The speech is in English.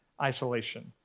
isolation